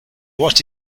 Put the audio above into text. what